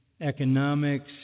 economics